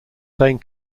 same